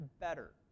better